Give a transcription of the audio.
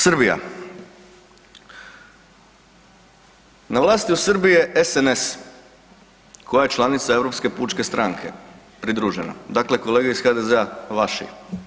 Srbija, na vlasti u Srbiji je SNS koja je članica Europske pučke stranke, pridružena, dakle kolege iz HDZ-a vaši.